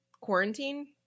Quarantine